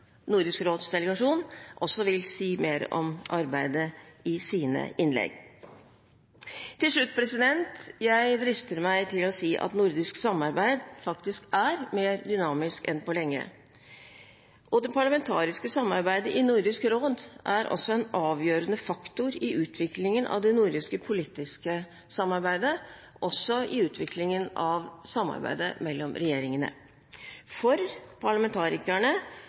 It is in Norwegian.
Nordisk råds delegasjon vil si mer om arbeidet i sine innlegg. Til slutt drister jeg meg til å si at nordisk samarbeid faktisk er mer dynamisk enn på lenge, og det parlamentariske samarbeidet i Nordisk råd er også en avgjørende faktor i utviklingen av det nordiske politiske samarbeidet, og også i utviklingen av samarbeidet mellom regjeringene. For parlamentarikerne